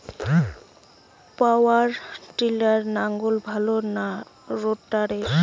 পাওয়ার টিলারে লাঙ্গল ভালো না রোটারের?